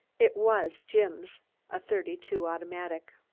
it was jim's a thirty two automatic.